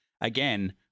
again